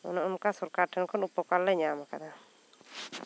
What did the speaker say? ᱚᱱᱮ ᱚᱱᱠᱟ ᱥᱚᱨᱠᱟᱨ ᱴᱷᱮᱱ ᱠᱷᱚᱱ ᱩᱯᱚᱠᱟᱨ ᱞᱮ ᱧᱟᱢ ᱟᱠᱟᱫᱟ